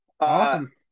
Awesome